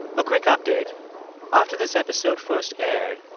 a quick update after this episode first aired,